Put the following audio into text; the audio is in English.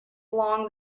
long